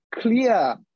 clear